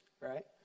right